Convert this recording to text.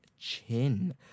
chin